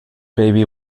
baby